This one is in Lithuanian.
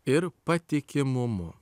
ir patikimumu